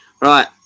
right